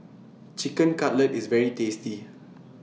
Chicken Cutlet IS very tasty